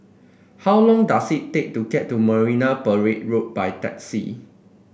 how long does it take to get to Marina Parade Road by taxi